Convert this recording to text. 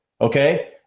okay